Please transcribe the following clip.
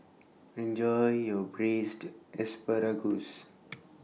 Enjoy your Braised Asparagus